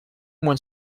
moins